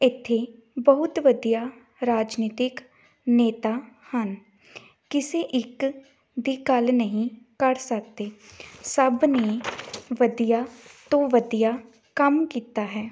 ਇੱਥੇ ਬਹੁਤ ਵਧੀਆ ਰਾਜਨੀਤਿਕ ਨੇਤਾ ਹਨ ਕਿਸੇ ਇੱਕ ਦੀ ਗੱਲ ਨਹੀਂ ਕਰ ਸਕਦੇ ਸਭ ਨੇ ਵਧੀਆ ਤੋਂ ਵਧੀਆ ਕੰਮ ਕੀਤਾ ਹੈ